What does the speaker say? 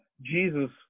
Jesus